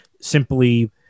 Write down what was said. simply